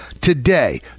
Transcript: today